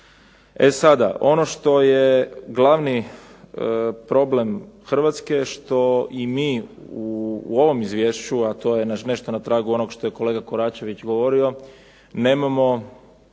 E sada, ono što je glavni problem Hrvatske, što i mi u ovom izvješću, a to je nešto na tragu onog što je kolega Koračević govorio, nemamo